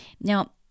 Now